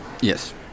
Yes